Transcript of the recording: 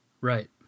right